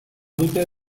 dute